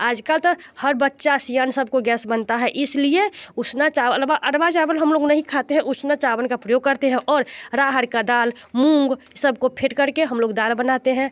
आजकल तो हर बच्च सियान सबको गैस बनता है इसलिए उसना चावल अलवा अरवा चावल हम लोग नहीं खाते हैं उसना चावल का प्रयोग करते हैं और राहर का दाल मूंग सबको फेंट कर के हम लोग दाल बनाते हैं